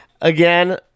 again